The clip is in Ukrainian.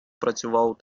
працював